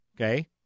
Okay